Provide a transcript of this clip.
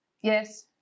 Yes